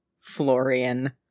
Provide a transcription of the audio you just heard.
Florian